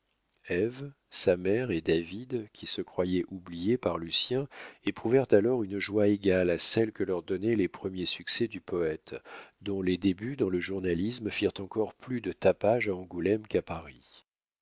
sa mère et david qui se croyaient oubliés par lucien éprouvèrent alors une joie égale à celle que leur donnaient les premiers succès du poète dont les débuts dans le journalisme firent encore plus de tapage à angoulême qu'à paris